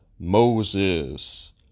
Moses